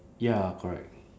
ya correct